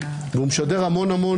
כול גורם כזה, אנחנו מאשרים אותו מראש.